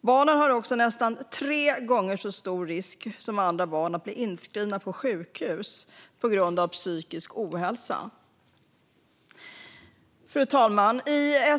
De löper också nästan tre gånger så stor risk som andra barn att bli inskrivna på sjukhus på grund av psykisk ohälsa. Fru talman!